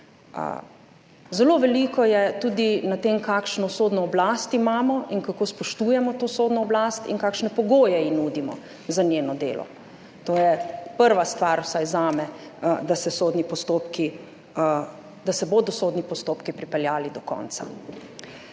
Zelo veliko je tudi na tem, kakšno sodno oblast imamo in kako spoštujemo to sodno oblast in kakšne pogoje ji nudimo za njeno delo. To je prva stvar vsaj zame, da se bodo sodni postopki pripeljali do konca.